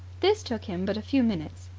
this took him but a few minutes.